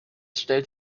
stellt